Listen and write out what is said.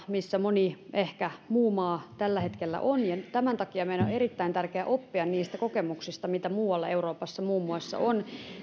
missä ehkä moni muu maa tällä hetkellä on ja tämän takia meidän on erittäin tärkeää oppia niistä kokemuksista mitä muun muassa muualla euroopassa on